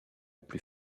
plus